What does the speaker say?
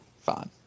fine